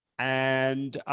and